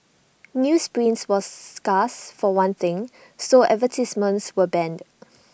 newsprint was scarce for one thing so advertisements were banned